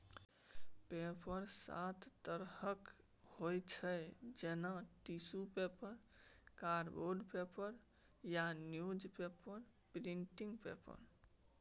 paper सात तरहक होइ छै जेना टिसु पेपर, कार्डबोर्ड पेपर आ न्युजपेपर प्रिंट पेपर